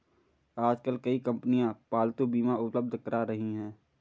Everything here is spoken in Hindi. आजकल कई कंपनियां पालतू बीमा उपलब्ध करा रही है